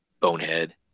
Bonehead